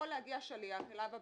יכול להגיע שליח אליו הביתה.